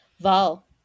Val